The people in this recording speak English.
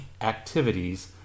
activities